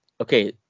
okay